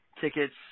tickets